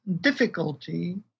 difficulty